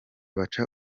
baca